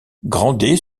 grandet